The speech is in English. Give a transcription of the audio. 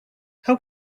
how